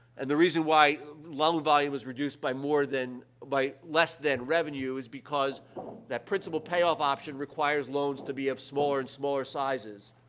and the reason why loan volume is reduced by more than by less than revenue is because that principal-payoff option requires loans to be of smaller and smaller sizes.